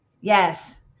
Yes